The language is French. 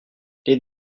les